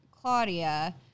Claudia